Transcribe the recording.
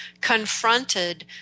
confronted